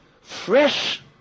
fresh